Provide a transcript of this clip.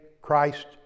Christ